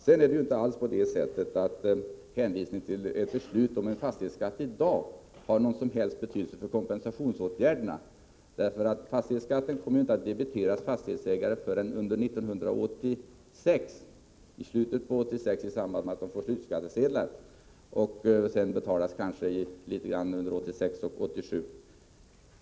Det är inte alls på det sättet att en hänvisning till ett beslut om fastighetsskatt i dag har någon som helst betydelse för kompensationsåtgär derna. Fastighetsskatten kommer ju inte att debiteras fastighetsägare förrän i samband med att de får slutskattsedlar i slutet av 1986; den kommer att betalas under 1986 och 1987.